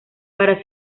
para